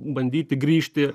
bandyti grįžti